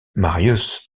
marius